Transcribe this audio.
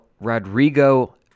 Rodrigo